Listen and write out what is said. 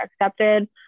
accepted